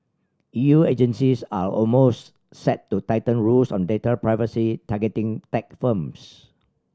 E U agencies are almost set to tighten rules on data privacy targeting tech firms